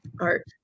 Art